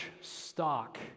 stock